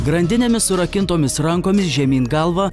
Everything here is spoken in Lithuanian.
grandinėmis surakintomis rankomis žemyn galva